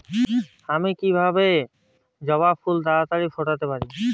আমি কিভাবে জবা ফুল তাড়াতাড়ি ফোটাতে পারি?